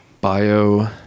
Bio